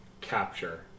capture